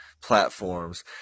platforms